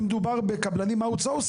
אם מדובר בקבלנים במיקור חוץ,